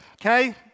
Okay